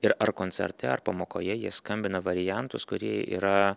ir ar koncerte ar pamokoje jie skambina variantus kurie yra